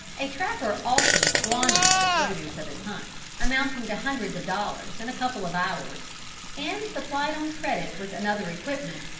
a trapper often squanders the produce of his hunt, amounting to hundreds of dollars, in a couple of hours and supplied on credit with another equipment,